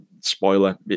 spoiler